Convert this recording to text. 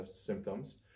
symptoms